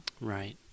Right